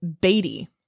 Beatty